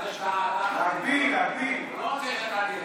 הוא לא רוצה שאתה תייצג.